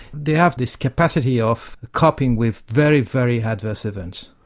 they have this capacity of coping with very, very adverse events.